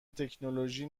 تکنولوژی